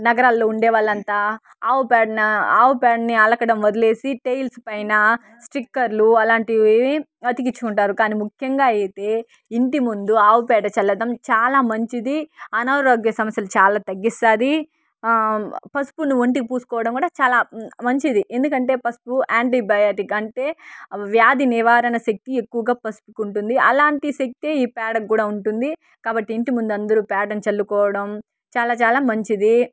నగరాల్లో ఉండేవాళ్ళంతా ఆవు పేడని ఆవు పేడని అలకడం వదిలేసి టేల్స్ పైన స్టిక్కర్లు అలాంటివి అతికించుకుంటారు కానీ ముఖ్యంగా అయితే ఇంటి ముందు ఆవు పేడ చల్లడం చాలా మంచిది అనారోగ్య సమస్యలు చాలా తగ్గిస్తుంది పసుపును ఒంటికి పూసుకోవడం కూడా చాలా మంచిది ఎందుకంటే పసుపు యాంటీబయాటిక్ అంటే వ్యాధి నివారణ శక్తి ఎక్కువగా పసుపుకుంటుంది అలాంటి శక్తి ఈ పేడ కూడా ఉంటుంది కాబట్టి ఇంటి ముందు అందరూ పేడను చల్లుకోవడం చాలా చాలా మంచిది